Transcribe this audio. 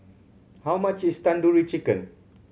how much is Tandoori Chicken